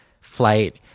flight